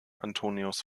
antonius